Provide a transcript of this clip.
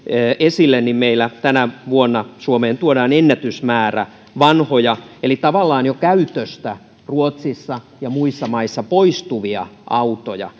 esille tänä vuonna suomeen tuodaan ennätysmäärä vanhoja eli tavallaan jo käytöstä ruotsissa ja muissa maissa poistuvia autoja